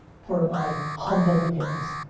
for my humble beginnings.